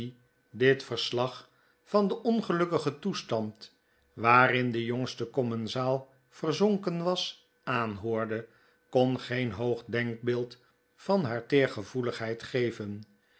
dit verslag van den ongelukkigen toestand maarten chuzzlewit waarin de jongste commensaal verzonken was aanhoorde kon geen hoog denkbeeld van haar teergevoeligheid geven